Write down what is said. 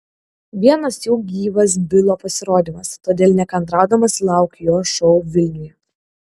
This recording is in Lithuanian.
vienas jų gyvas bilo pasirodymas todėl nekantraudamas laukiu jo šou vilniuje